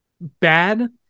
bad